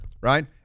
right